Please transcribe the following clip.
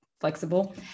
flexible